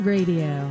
Radio